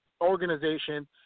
organization